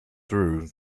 through